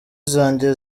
zanjye